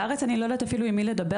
בארץ אני לא יודעת אפילו עם מי לדבר,